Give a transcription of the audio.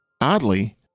oddly